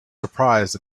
surprised